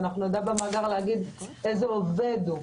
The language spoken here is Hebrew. שאנחנו נדע לומר איזה עובד הוא,